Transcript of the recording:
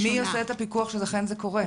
מי עושה את הפיקוח שאכן זה קורה?